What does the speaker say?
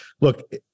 look